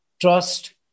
trust